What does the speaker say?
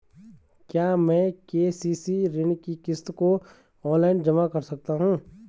क्या मैं के.सी.सी ऋण की किश्तों को ऑनलाइन जमा कर सकता हूँ?